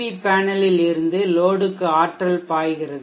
we பேனலில் இருந்து லோடுக்கு ஆற்றல் பாய்கிறது